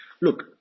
Look